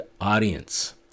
audience